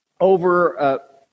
over